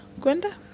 Gwenda